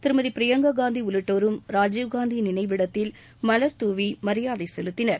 திருமதி பிரியங்கா காந்தி உள்ளிட்டோரும் ராஜீவ்காந்தி நினைவிடத்தில் மலர் தூவி மரியாதை செலுத்தினர்